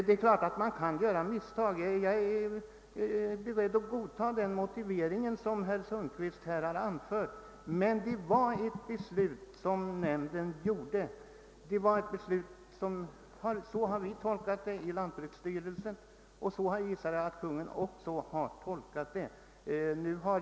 Det är klart att man kan göra misstag. Jag är beredd att godta den motivering som herr Sundkvist här har anfört, men det var ett beslut som nämnden fattade. Så har vi tolkat det i lantbruksstyrelsen, och jag förmodar att Kungl. Maj:t också har tolkat det så.